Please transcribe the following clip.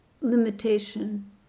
limitation